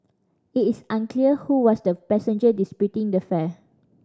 it is unclear who was the passenger disputing the fare